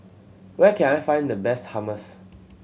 where can I find the best Hummus